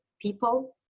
people